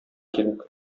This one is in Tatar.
кирәк